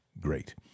great